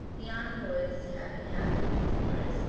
the envoys having hastened to tours,